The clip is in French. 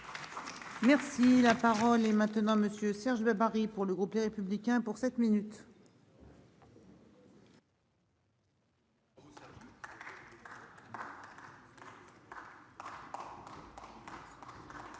Merci la parole est maintenant monsieur Serge Babary pour le groupe Les Républicains pour 7 minutes.